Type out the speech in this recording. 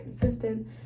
consistent